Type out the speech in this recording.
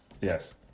Yes